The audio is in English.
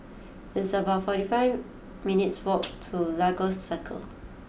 it's about forty five minutes' walk to Lagos Circle